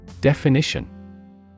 Definition